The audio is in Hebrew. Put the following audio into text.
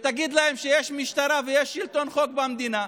ותגיד להם שיש משטרה ויש שלטון חוק במדינה,